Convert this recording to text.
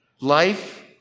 Life